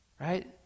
right